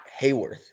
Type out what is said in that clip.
Hayworth